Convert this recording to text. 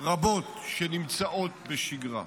רבות שנמצאות בשגרה.